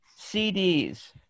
CDs